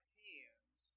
hands